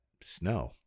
Snow